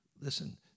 listen